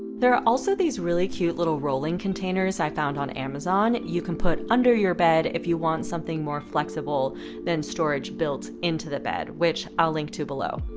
there are also these really cute little rolling containers i found on amazon you can put under your bed if you want something more flexible than storage built into the bed, which i'll link to below.